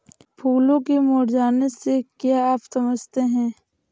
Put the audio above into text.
फूलों के मुरझाने से क्या आप समझते हैं?